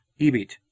Ibit